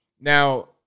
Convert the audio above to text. Now